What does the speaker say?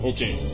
Okay